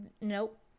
nope